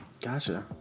gotcha